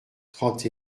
trente